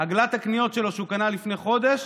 עגלת הקניות שלו שהוא קנה לפני חודש,